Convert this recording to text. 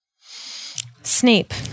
Snape